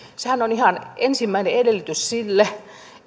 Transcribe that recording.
sehän on ihan ensimmäinen edellytys sille